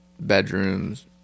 Bedrooms